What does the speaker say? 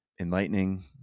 enlightening